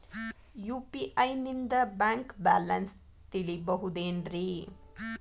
UPI ನಿಂದ bank balance ತಿಳಿಬಹುದೇನ್ರಿ?